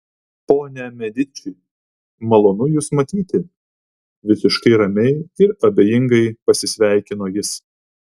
ponia mediči malonu jus matyti visiškai ramiai ir abejingai pasisveikino jis